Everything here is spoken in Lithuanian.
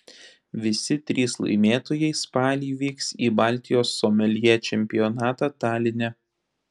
visi trys laimėtojai spalį vyks į baltijos someljė čempionatą taline